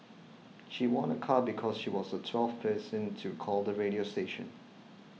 she won a car because she was a twelfth person to call the radio station